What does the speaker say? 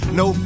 no